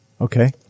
Okay